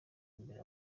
imbere